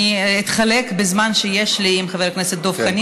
אני אתחלק בזמן שיש לי עם חבר הכנסת דב חנין,